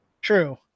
True